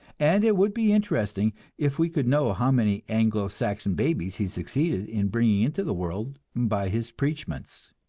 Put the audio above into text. and it would be interesting if we could know how many anglo-saxon babies he succeeded in bringing into the world by his preachments.